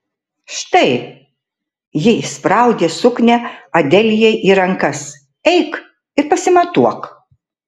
štai ji įspraudė suknią adelijai į rankas eik ir pasimatuok